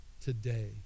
today